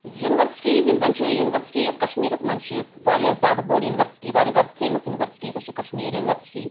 universities یم زن چھِ یونیٖوَرسٹی یۄس کشمیٖرَس مَنٛز چھِ واریاہ زیادٕ بٔڑ یونیٖوَرسٹی واریاہ زیادٕ فیمَس یونیٖوَرسٹی سۄ چھِ کشمیٖر یونیٖوَرسٹی